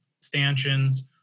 stanchions